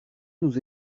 nous